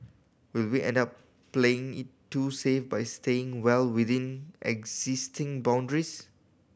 will we end up playing it too safe by staying well within existing boundaries